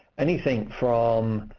anything from,